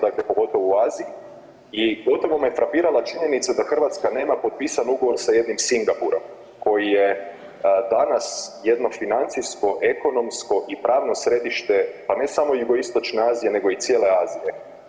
Dakle, pogotovo u Aziji i gotovo me frapirala činjenica da Hrvatska nema potpisan ugovor sa jednim Singapurom koji je danas jedno financijsko, ekonomsko i pravno središte pa ne samo Jugoistočne Azije, nego i cijele Azije.